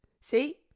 see